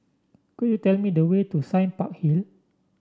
could you tell me the way to Sime Park Hill